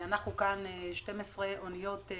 אנחנו כאן עם 12 אוניות.